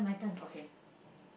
okay